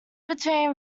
between